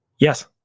Yes